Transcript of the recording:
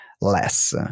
less